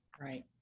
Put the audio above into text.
Right